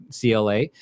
CLA